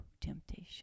temptation